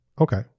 Okay